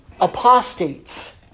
apostates